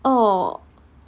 oh